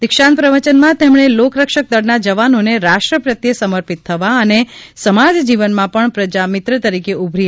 દીક્ષાંત પ્રવચનમાં તેમણે લોકરક્ષક દળના જવાનોને રાષ્ટ્ર પ્રત્યે સમર્પિત થવા અને સમાજ જીવનમાં પણ પ્રજા મિત્ર તરીકે ઉભરી આવવા અપીલ કરી હતી